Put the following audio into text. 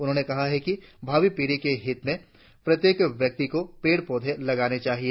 उन्होंने कहा कि भावी पीढी के हित में प्रत्येक व्यक्ति को पेड़ पौधे लगाना चाहिए